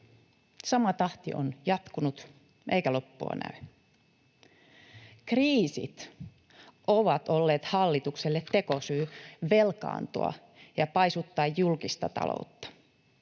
Sama tahti on jatkunut, eikä loppua näy. Kriisit ovat olleet hallitukselle tekosyy velkaantua ja paisuttaa julkista taloutta.